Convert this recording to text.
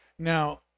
Now